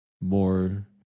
more